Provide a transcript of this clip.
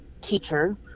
teacher